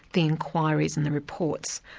the inquiries and the reports.